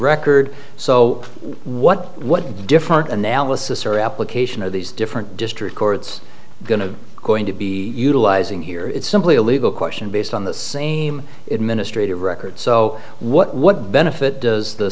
record so what what different analysis or application of these different district courts going to going to be utilizing here is simply a legal question based on the same administrative records so what benefit does the